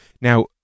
Now